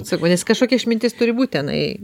sakau nes kažkokia išmintis turi būt tenai